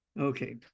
Okay